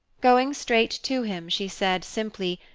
going straight to him, she said simply,